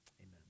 Amen